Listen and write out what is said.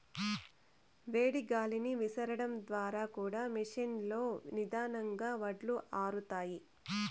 వేడి గాలిని విసరడం ద్వారా కూడా మెషీన్ లో నిదానంగా వడ్లు ఆరుతాయి